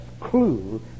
clue